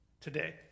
today